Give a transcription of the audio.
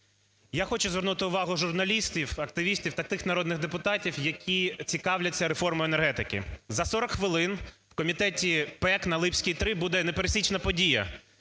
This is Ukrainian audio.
Я хочу звернути увагу журналістів, активістів та тих народних депутатів, які цікавляться реформою енергетики. За 40 хвилин в Комітеті ПЕК на Липській, 3 буде непересічна подія: